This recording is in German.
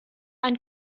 ein